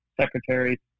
secretary